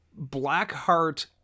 Blackheart